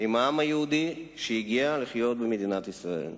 עם העם היהודי שהגיע לחיות במדינת ישראל.